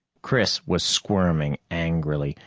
chris was squirming angrily,